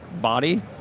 body